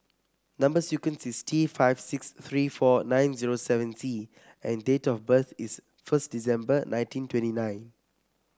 number sequence is T five six three four nine zero seven C and date of birth is first December nineteen twenty nine